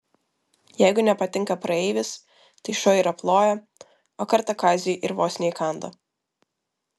jeigu nepatinka praeivis tai šuo ir aploja o kartą kaziui ir vos neįkando